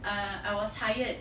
err I was hired